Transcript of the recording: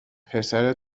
پسر